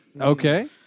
Okay